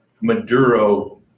Maduro